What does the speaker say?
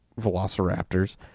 Velociraptors